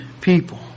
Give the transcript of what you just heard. people